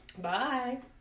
Bye